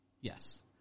Yes